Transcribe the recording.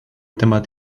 temat